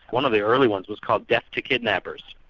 one of the early ones was called death to kidnappers,